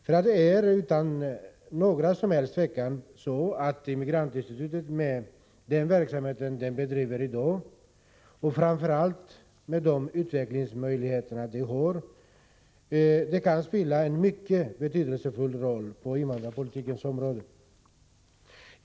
Det är utan tvivel så att Immigrant-Institutet med den verksamhet det bedriver i dag, och framför allt med de utvecklingsmöjligheter som institutet har, kan spela en mycket betydelsefull roll på invandrarpolitikens område.